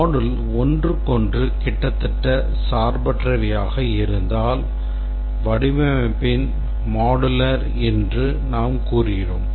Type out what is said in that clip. module ஒன்றுக்கொன்று கிட்டத்தட்ட சார்பற்றவை ஆக இருந்தால் வடிவமைப்பு modular என்று நாம் கூறுகிறோம்